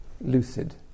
lucid